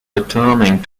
returning